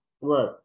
Right